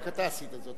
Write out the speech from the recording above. רק אתה עשית זאת.